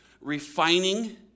refining